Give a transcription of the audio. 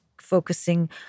focusing